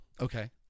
Okay